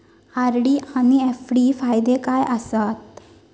RD आनि FD फायदे काय आसात?